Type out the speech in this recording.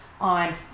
on